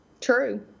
True